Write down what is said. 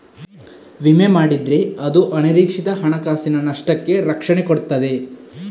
ವಿಮೆ ಮಾಡಿದ್ರೆ ಅದು ಅನಿರೀಕ್ಷಿತ ಹಣಕಾಸಿನ ನಷ್ಟಕ್ಕೆ ರಕ್ಷಣೆ ಕೊಡ್ತದೆ